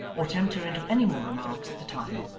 or tempt her into any more remarks at the time,